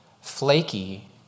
flaky